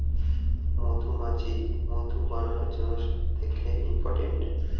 মধুমাছি মধু বানানোর জন্য সব থেকে ইম্পোরট্যান্ট